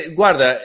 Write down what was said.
guarda